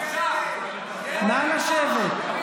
נא לשבת.